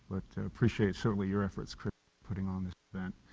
appreciate certainly your efforts putting on this event.